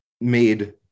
made